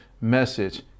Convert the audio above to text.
message